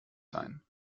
sein